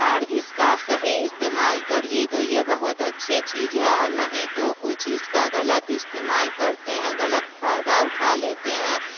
اور اس کا صحیح استعمال کریے تو یہ بہت اچھی چیز ہے اور نہیں تو کچھ اس کا غلط استعمال کرتے ہیں غلط فائدہ اٹھا لیتے ہیں